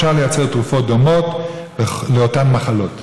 ואפשר לייצר תרופות דומות לאותן מחלות.